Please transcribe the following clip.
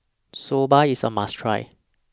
Soba IS A must Try